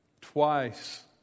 Twice